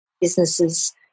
businesses